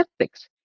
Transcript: ethics